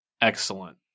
Excellent